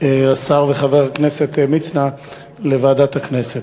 השר וחבר הכנסת מצנע, לוועדת הכנסת.